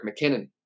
McKinnon